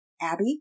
Abby